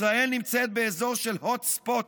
ישראל נמצאת באזור של "הוט ספוט",